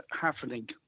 happening